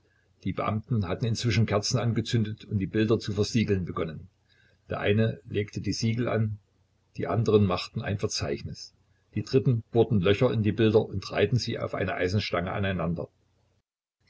die beamten hatten inzwischen kerzen angezündet und die bilder zu versiegeln begonnen der eine legte die siegel an die anderen machten ein verzeichnis die dritten bohrten löcher in die bilder und reihten sie auf eine eisenstange aneinander